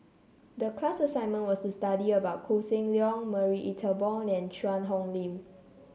the class assignment was to study about Koh Seng Leong Marie Ethel Bong and Cheang Hong Lim